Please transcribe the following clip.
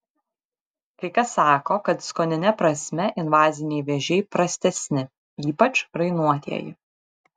kai kas sako kad skonine prasme invaziniai vėžiai prastesni ypač rainuotieji